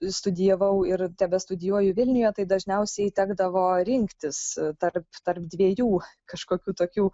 studijavau ir tebestudijuoju vilniuje tai dažniausiai tekdavo rinktis tarp tarp dviejų kažkokių tokių